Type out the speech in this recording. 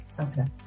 okay